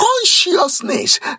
Consciousness